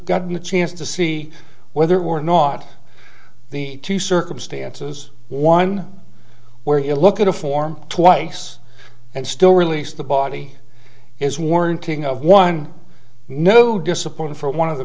gotten a chance to see whether or not the two circumstances one where you look at a form twice and still release the body is warranting of one no discipline for one of the